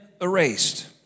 erased